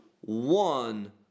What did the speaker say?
one